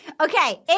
Okay